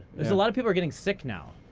because a lot of people are getting sick now.